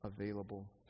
available